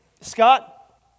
Scott